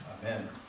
Amen